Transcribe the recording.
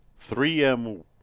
3M